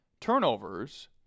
turnovers